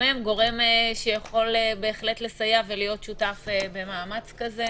גם הם גורם שיכול בהחלט לסייע ולהיות שותף במאמץ כזה.